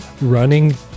running